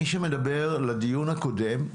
מי שמדבר לדיון הקודם,